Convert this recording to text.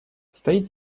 стоит